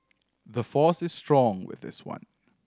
the force is strong with this one